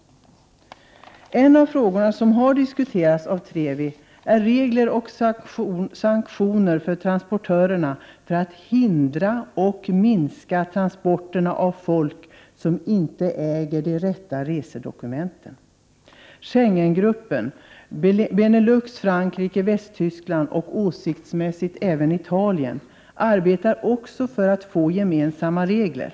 En av frågorna som har diskuterats av TREVI är regler och sanktioner för transportörerna, för att hindra och minska transporterna av personer som inte äger de rätta resedokumenten. Schengengruppen — Benelux, Frankrike, Västtyskland och åsiktsmässigt även Italien — arbetar också för att få gemensamma regler.